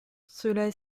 cela